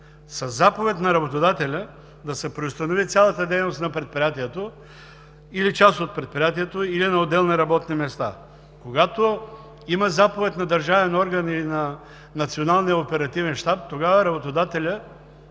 със заповед на работодателя да се преустанови цялата дейност на предприятието, на част от предприятието или на отделни работни места. Когато има заповед на държавен орган или на Националния оперативен щаб, да се